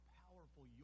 powerful